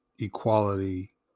equality